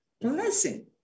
Blessing